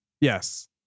Yes